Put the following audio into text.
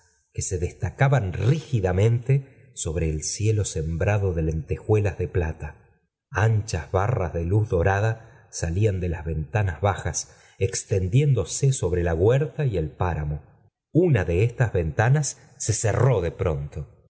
que se destacaban rígidamente sobre ol cielo sembrado de lentejuelas de plata anchas ba rras de luz dorada salían do lnn ventana bajas extendiéndose sobre la huerta y el páramo una de estas ventanas so cerró do pronto